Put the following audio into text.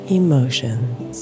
emotions